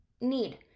need